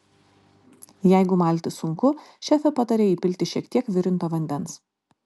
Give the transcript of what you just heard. jeigu malti sunku šefė pataria įpilti šie tiek virinto vandens